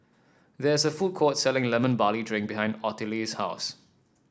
there is a food court selling Lemon Barley Drink behind Ottilie's house